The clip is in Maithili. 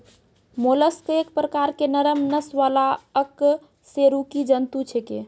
मोलस्क एक प्रकार के नरम नस वाला अकशेरुकी जंतु छेकै